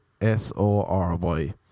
S-O-R-Y